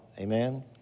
Amen